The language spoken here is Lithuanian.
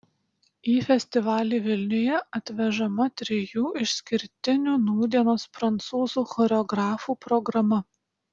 į festivalį vilniuje atvežama trijų išskirtinių nūdienos prancūzų choreografų programa